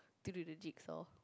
to do the jigsaw